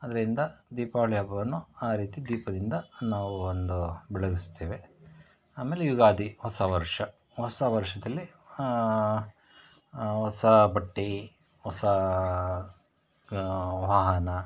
ಅದರಿಂದ ದೀಪಾವಳಿ ಹಬ್ಬವನ್ನು ಆ ರೀತಿ ದೀಪದಿಂದ ನಾವು ಒಂದು ಬೆಳಗಿಸುತ್ತೇವೆ ಆಮೇಲೆ ಯುಗಾದಿ ಹೊಸ ವರ್ಷ ಹೊಸ ವರ್ಷದಲ್ಲಿ ಹೊಸ ಬಟ್ಟೆ ಹೊಸ ವಾಹನ